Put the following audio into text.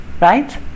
right